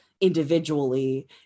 individually